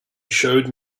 showed